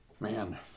Man